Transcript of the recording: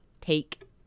take